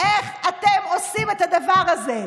איך אתם עושים את הדבר הזה?